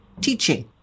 teaching